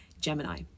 Gemini